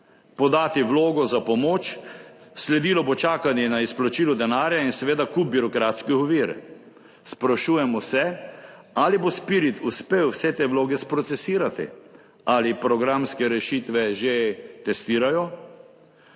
podati vlogo za pomoč, sledilo bo čakanje na izplačilo denarja in seveda kup birokratskih ovir. Sprašujemo se, ali bo SPIRIT uspel vse te vloge sprocesirati? Ali programske rešitve že testirajo?